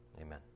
Amen